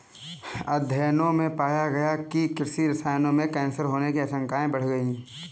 अध्ययनों में पाया गया है कि कृषि रसायनों से कैंसर होने की आशंकाएं बढ़ गई